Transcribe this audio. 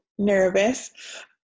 nervous